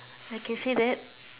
I can say that